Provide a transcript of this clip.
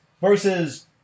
versus